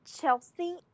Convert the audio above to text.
chelsea